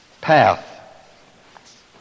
path